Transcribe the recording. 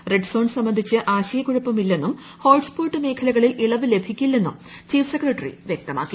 red zone സംബന്ധിച്ച ആശയകുഴപ്പമില്ലെന്നും hots spot മേഖലകളിൽ ഇളവ് ലഭിക്കില്ലെന്നും ചീഫ് സെക്രട്ടറി വൃക്തമാക്കി